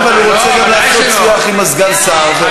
כן, אבל הוא רוצה גם לעשות שיח עם סגן השר.